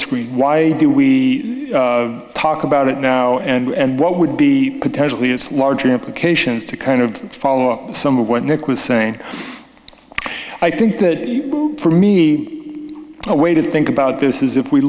screen why do we talk about it now and what would be potentially its larger implications to kind of follow some of what nick was saying i think that for me a way to think about this is if we